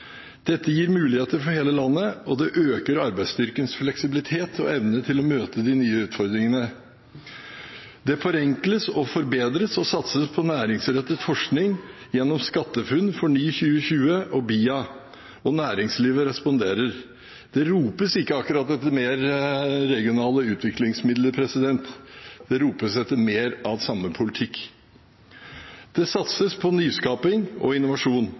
Dette gir muligheter for hele landet, og det øker arbeidsstyrkens fleksibilitet og evne til å møte de nye utfordringene. Det forenkles og forbedres og satses på næringsrettet forskning gjennom SkatteFUNN, Forny 2020 og BIA, og næringslivet responderer. Det ropes ikke akkurat etter mer regionale utviklingsmidler. Det ropes etter mer av samme politikk. Det satses på nyskaping og innovasjon.